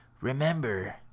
remember